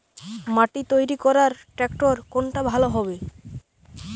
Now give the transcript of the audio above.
মাটি তৈরি করার ট্রাক্টর কোনটা ভালো হবে?